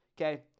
Okay